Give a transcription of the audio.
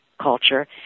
culture